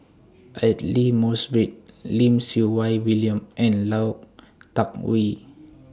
Aidli Mosbit Lim Siew Wai William and law Tuck Yew